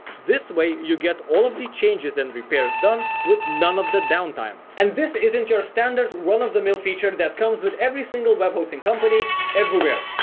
this way you get all of the changes and repairs done with none of the downtime and this isn't your standard run-of-the-mill feature that comes with every single web hosting company everywhere.